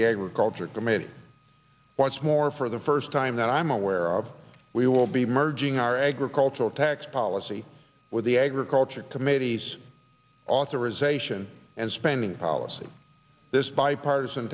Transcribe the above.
the agriculture committee once more for the first time that i'm aware of we will be merging our agricultural tax policy with the agriculture committee s authorization and spending policy this bipartisan